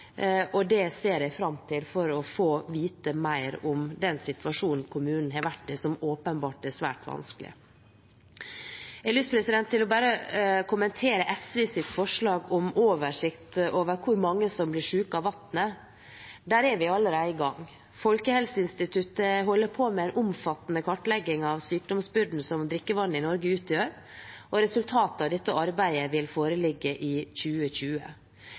og jeg ser fram til å få vite mer om den situasjonen som kommunen er i, som åpenbart er svært vanskelig. Jeg har lyst å kommentere SVs forslag om en oversikt over hvor mange som blir syke av vannet. Det er vi allerede i gang med. Folkehelseinstituttet holder på med en omfattende kartlegging av sykdomsbyrden som drikkevannet i Norge utgjør. Resultatet av det arbeidet vil foreligge i 2020.